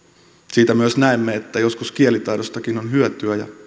siitä myös näemme että joskus kielitaidostakin on hyötyä ja